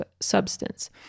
substance